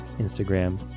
Instagram